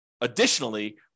additionally